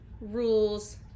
rules